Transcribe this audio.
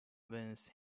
wings